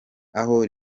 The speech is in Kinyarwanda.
aho